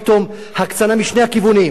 פתאום הקצנה משני הכיוונים.